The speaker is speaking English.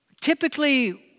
typically